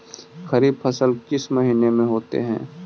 खरिफ फसल किस महीने में होते हैं?